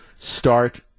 start